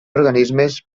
organismes